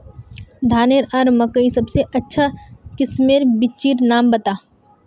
धानेर आर मकई सबसे अच्छा किस्मेर बिच्चिर नाम बता?